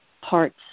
parts